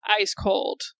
ice-cold